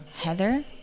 Heather